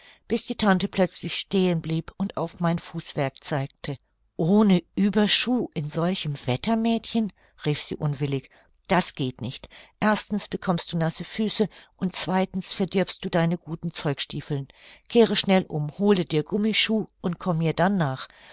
bis die tante plötzlich stehen blieb und auf mein fußwerk zeigte ohne ueberschuh in solchem wetter mädchen rief sie unwillig das geht nicht erstens bekommst du nasse füße und zweitens verdirbst du deine guten zeugstiefeln kehre schnell um hole dir gummischuh und komm mir dann nach